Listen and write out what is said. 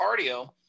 cardio